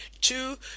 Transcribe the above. Two